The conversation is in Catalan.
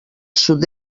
sud